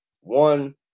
one